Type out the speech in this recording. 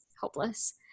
hopeless